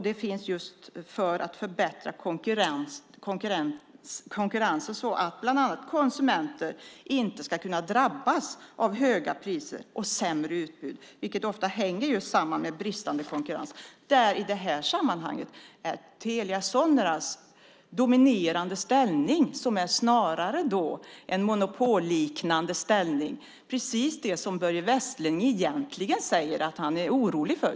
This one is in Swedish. Det är just för att förbättra konkurrensen, så att bland annat konsumenter inte ska kunna drabbas av höga priser och sämre utbud, vilket ofta hänger samman med bristande konkurrens. I det här sammanhanget är det snarare Telia Soneras dominerande ställning som är en monopolliknande ställning, precis det som Börje Vestlund egentligen säger att han är orolig för.